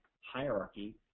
hierarchy